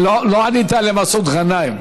לא ענית למסעוד גנאים.